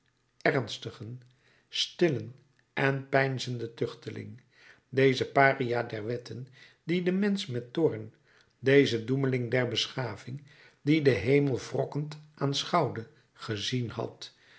ernstigen stillen en peinzenden tuchteling dezen paria der wetten die den mensch met toorn dezen doemeling der beschaving die den hemel wrokkend aanschouwde gezien had